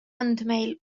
andmeil